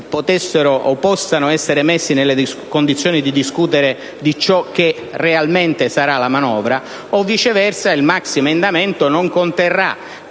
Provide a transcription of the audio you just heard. senatori possano essere messi nelle condizioni di discutere di ciò che realmente sarà la manovra, o, viceversa, il maxiemendamento non conterrà